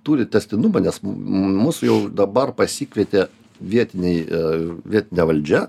turi tęstinumą nes mūsų jau dabar pasikvietė vietiniai vietinė valdžia